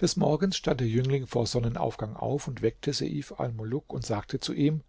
des morgens stand der jüngling vor sonnenaufgang auf und weckte seif almuluk und sagte zu ihm